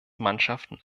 mannschaften